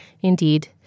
indeed